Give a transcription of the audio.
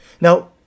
Now